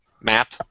map